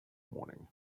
morning